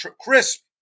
crisp